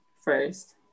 first